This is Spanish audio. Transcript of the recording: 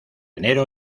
enero